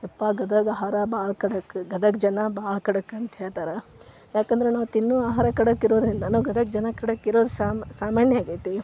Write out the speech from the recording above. ಯಪ್ಪಾ ಗದಗ ಆಹಾರ ಭಾಳ್ ಖಡಕ್ ಗದಗ ಜನ ಭಾಳ್ ಖಡಕ್ ಅಂತ ಹೇಳ್ತಾರಾ ಯಾಕಂದರೆ ನಾವು ತಿನ್ನೋ ಆಹಾರ ಖಡಕ್ ಇರೋದರಿಂದ ನಾವು ಗದಗ ಜನ ಖಡಕ್ ಇರೋದು ಸಾಮಾನ್ಯ ಆಗೇತಿ